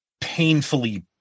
painfully